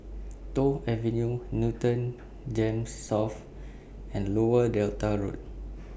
Toh Avenue Newton Gems South and Lower Delta Road